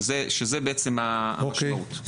שזה בעצם המשמעות.